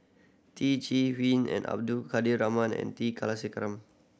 Teo Chee and Abdul Kadir and T Kulasekaram